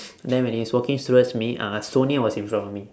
and then when he's walking towards me uh sonia was in front of me